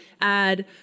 add